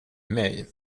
mig